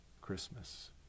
Christmas